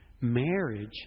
Marriage